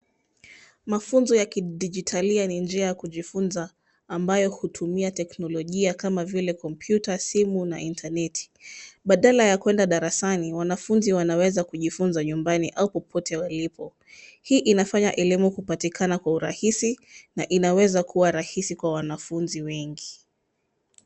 Mafunzo ya kidijitalia ni njia ya kujifunza ambayo hutumia teknolojia kama vile kompyuta, simu na intaneti. Badala ya kuenda darasani wanafunzi wanaweza kujifunza nyumbani au popote walipo. Hii inafanya elimu kupatikana kwa urahisi na inaweza kuwa rahisi kwa wanafunzi wengi.